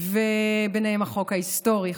וביניהם החוק ההיסטורי,